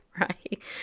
right